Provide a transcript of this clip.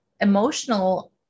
emotional